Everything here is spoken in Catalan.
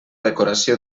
decoració